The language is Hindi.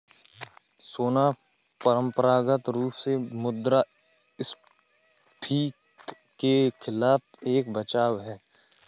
सोना परंपरागत रूप से मुद्रास्फीति के खिलाफ एक बचाव है